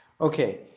Okay